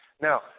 Now